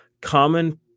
Common